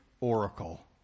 oracle